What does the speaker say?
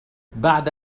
بعد